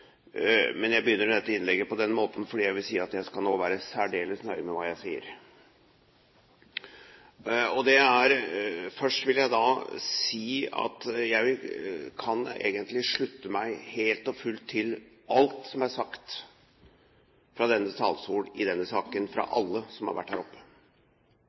Jeg begynner dette innlegget på denne måten fordi jeg skal nå være særdeles nøye med hva jeg sier. Først vil jeg si at jeg kan egentlig slutte meg helt og fullt til alt som er sagt fra denne talerstolen i denne saken fra alle som har vært her oppe.